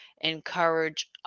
encourage